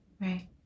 Right